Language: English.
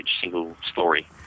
single-story